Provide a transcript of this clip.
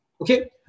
okay